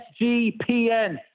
SGPN